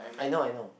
I know I know